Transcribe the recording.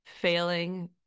failing